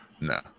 No